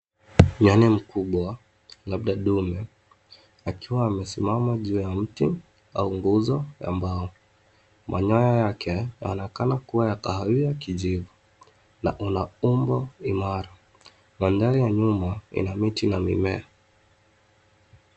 Nyani mkubwa, labda dume, akiwa amesimama juu ya mti au nguzo ya mbao. Manyoa yake, yanaonekana kuwa ya kahawia kijivu na una umbo imara. Mandhari ya nyuma ina miti na mimea.